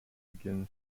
begins